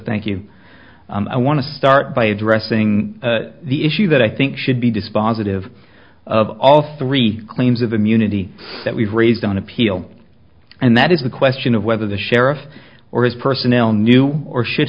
thank you i want to start by addressing the issue that i think should be dispositive of all three claims of immunity that we've raised on appeal and that is the question of whether the sheriff or his personnel knew or should